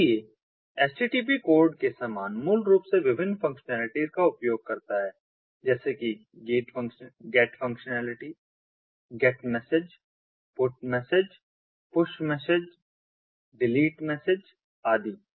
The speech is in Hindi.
इसलिए HTTP कोड के समान मूल रूप से विभिन्न फंक्शनैलिटीज का उपयोग करता है जैसे कि get functionality get message put message push message delete message आदि